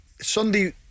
Sunday